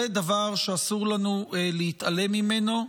היא דבר שאסור לנו להתעלם ממנו,